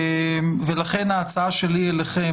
לכן ההצעה שלי אליכם,